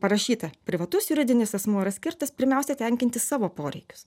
parašyta privatus juridinis asmuo yra skirtas pirmiausia tenkinti savo poreikius